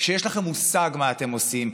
שיש לכם מושג מה אתם עושים,